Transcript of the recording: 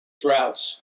droughts